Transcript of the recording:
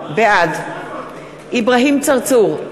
בעד אברהים צרצור,